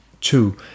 two